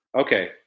Okay